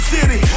City